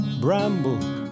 bramble